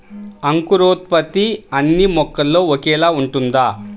అంకురోత్పత్తి అన్నీ మొక్కల్లో ఒకేలా ఉంటుందా?